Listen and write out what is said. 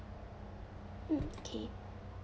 mm okay